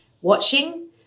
watching